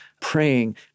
praying